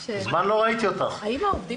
טיוטת ההמלצות מחלקת את סוגי העובדים ל-4